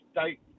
state